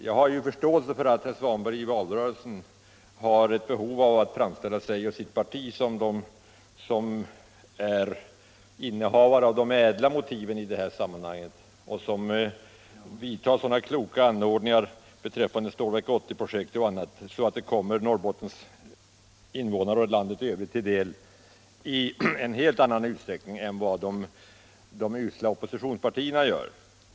Jag har förståelse för att herr Svanberg i valrörelsen har ett behov av att framställa sig och sitt parti som de som är innehavare av de ädla motiven i det här sammanhanget och vidtar sådana kloka åtgärder beträffande Stålverk 80-projektet och annat att resultaten kommer invånarna i Norrbotten och landet i övrigt till del i en helt annan utsträckning än vad de usla oppositionspartierna vill.